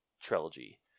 trilogy